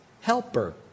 helper